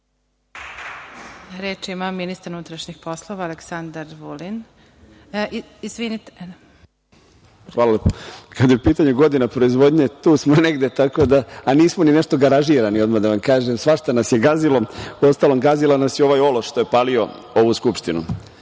Reč ima ministar unutrašnjih poslova, Aleksandar Vulin. **Aleksandar Vulin** Hvala lepo. Kad je u pitanju godina proizvodnje, tu smo negde. Nismo ni nešto garažirani, odmah da vam kažem. Svašta nas je gazilo, u ostalom, gazio nas je ovaj ološ što je palio ovu Skupštinu